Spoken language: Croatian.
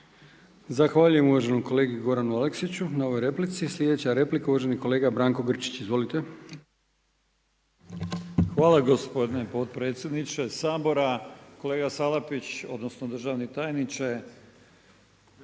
Zahvaljujem kolegi Goranu Aleksiću na ovoj replici. Sljedeća replika uvaženi kolega Branko Grčić. Izvolite. **Grčić, Branko (SDP)** Hvala gospodine potpredsjedniče Sabora. Kolega Salapić odnosno državni tajniče.